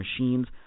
machines